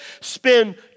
Spend